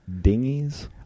Dingies